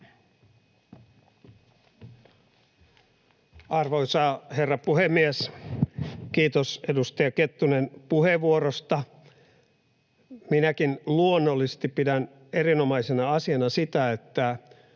Arvoisa herra puhemies! Kiitos, edustaja Kettunen, puheenvuorosta. Minäkin luonnollisesti pidän erinomaisena asiana sitä, että